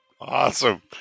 Awesome